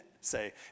say